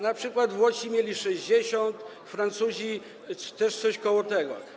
Na przykład Włosi mieli 60, Francuzi - też coś koło tego.